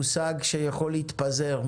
מושג שיכול להתפזר,